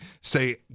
say